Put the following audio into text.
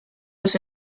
los